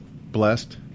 blessed